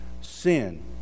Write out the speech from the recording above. Sin